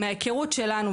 מההיכרות שלנו,